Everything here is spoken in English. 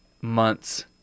months